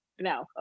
no